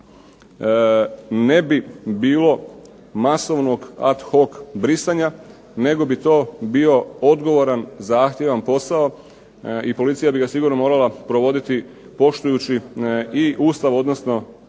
ne bi bilo masovnog ad hoc brisanja, nego bi to bio odgovoran zahtjevan posao, i policija bi ga sigurno morala provoditi poštujući i Ustav, odnosno zajamčena